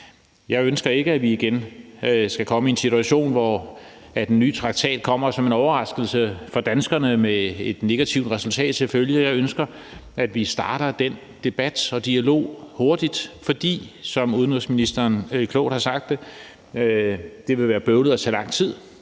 Jeg ønsker ikke, at vi igen skal komme i en situation, hvor den nye traktat kommer som en overraskelse for danskerne med et negativt resultat til følge. Jeg ønsker, at vi starter den debat og dialog hurtigt, fordi, som udenrigsministeren klogt har sagt det, det vil være bøvlet og tage lang tid,